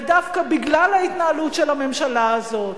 ודווקא בגלל ההתנהלות של הממשלה הזאת,